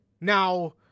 Now